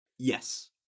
Yes